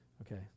Okay